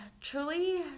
truly